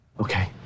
Okay